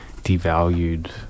devalued